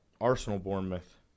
Arsenal-Bournemouth